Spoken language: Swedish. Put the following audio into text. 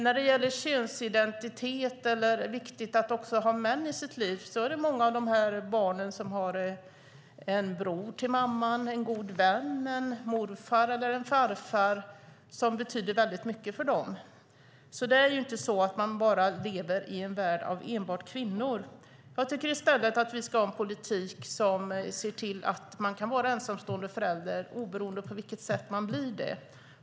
När det gäller könsidentitet är det viktigt att också ha män i sitt liv. Det är många av de här barnen som har en bror till mamman, en god vän, en morfar eller en farfar som betyder väldigt mycket för dem. Det är inte så att man lever i en värld av enbart kvinnor. Jag tycker i stället att vi ska ha en politik som ser till att man kan vara ensamstående förälder oberoende av på vilket sätt man blir det.